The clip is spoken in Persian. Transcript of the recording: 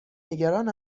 نگران